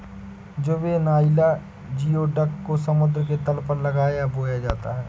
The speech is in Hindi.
जुवेनाइल जियोडक को समुद्र के तल पर लगाया है या बोया जाता है